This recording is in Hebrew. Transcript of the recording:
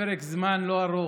לפרק זמן לא ארוך,